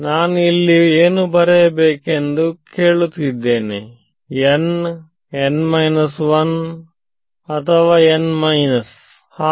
ನಾನು ಇಲ್ಲಿ ಏನು ಬರೆಯಬೇಕೆಂದು ಕೇಳುತ್ತಿದ್ದೇನೆ nn 1 ಅಥವಾ n